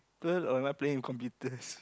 people or am I playing with computers